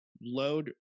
load